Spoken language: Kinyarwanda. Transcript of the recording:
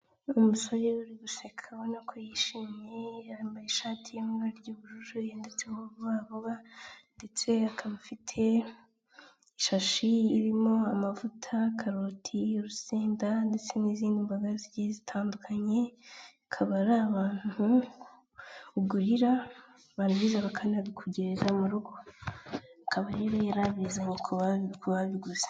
Umusore uri guseka ubona ko yishimye, yambaye ishati y'umweru ry'ubururu yanditsemo vuba vuba, ndetse akaba afite ishashi irimo amavuta, karoti, urusenda ndetse n'izindi mboga zigiye zitandukanye. Akaba ari abantu ugurira barangiza bakanabikugereza mu rugo. Akaba rero yarabizanye kubabiguze.